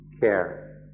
care